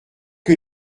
que